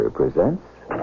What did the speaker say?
presents